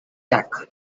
jack